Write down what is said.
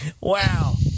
Wow